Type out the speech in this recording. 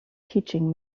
teaching